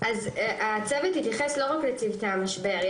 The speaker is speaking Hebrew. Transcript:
הצוות התייחס לא רק לצוותי המשבר.